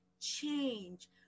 change